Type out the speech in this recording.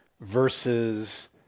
versus